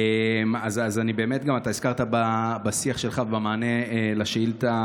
באמת הזכרת בשיח שלך ובמענה על השאילתה